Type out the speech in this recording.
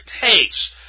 takes